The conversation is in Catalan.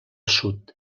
sud